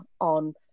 on